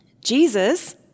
Jesus